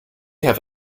have